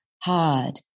hard